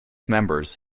members